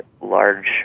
large